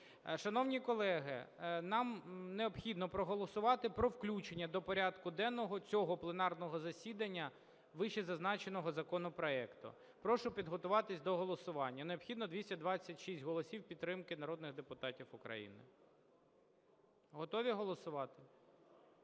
Шановні колеги, нам необхідно проголосувати про включення до порядку денного цього пленарного засідання вищезазначеного законопроекту. Прошу підготуватись до голосування. Необхідно 226 голосів підтримки народних депутатів України. Готові голосувати?